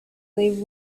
leave